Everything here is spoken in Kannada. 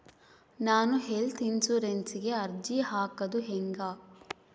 ನಾನು ಹೆಲ್ತ್ ಇನ್ಸುರೆನ್ಸಿಗೆ ಅರ್ಜಿ ಹಾಕದು ಹೆಂಗ?